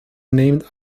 named